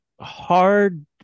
hard